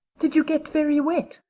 did you get very wet?